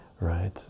right